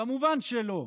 כמובן שלא.